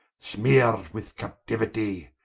smear'd with captiuitie,